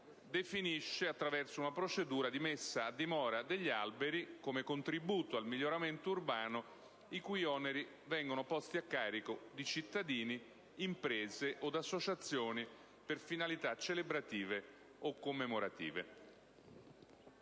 stabilisce attraverso una procedura di messa a dimora di alberi, quale contributo al miglioramento urbano i cui oneri sono posti a carico di cittadini, imprese od associazioni per finalità celebrative o commemorative.